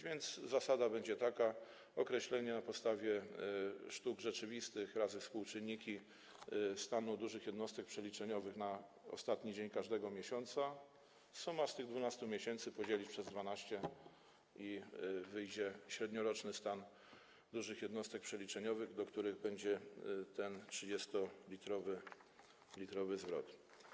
Więc zasada będzie taka: określenie na podstawie sztuk rzeczywistych razy współczynniki stanu dużych jednostek przeliczeniowych na ostatni dzień każdego miesiąca; sumę z tych 12 miesięcy trzeba podzielić przez 12 i wyjdzie średnioroczny stan dużych jednostek przeliczeniowych, w odniesieniu do których będzie obowiązywał ten 30-litrowy zwrot.